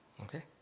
Okay